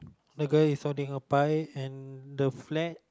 the girl is holding a pie and the flag